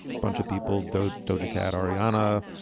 bunch of people d'hote dodgy cat ariana,